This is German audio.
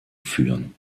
führen